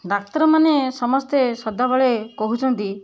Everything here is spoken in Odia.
ଡାକ୍ତରମାନେ ସମସ୍ତେ ସଦାବେଳେ କହୁଛନ୍ତି